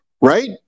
Right